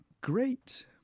great